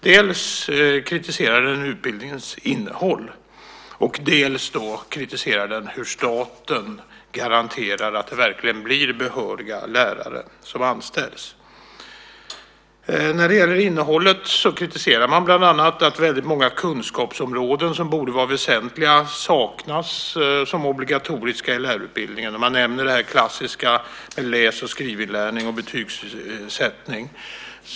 Man kritiserar dels utbildningens innehåll, dels hur staten garanterar att det är behöriga lärare som anställs. När det gäller innehållet kritiserar man bland annat att väldigt många kunskapsområden som borde vara väsentliga saknas som obligatoriska i lärarutbildningen. Man nämner det klassiska med läs och skrivinlärning och betygssättning.